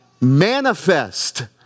manifest